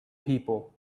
people